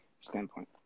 standpoint